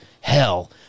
hell